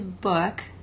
book